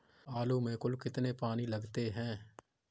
आलू में कुल कितने पानी लगते हैं?